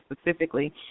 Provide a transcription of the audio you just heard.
specifically